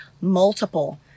multiple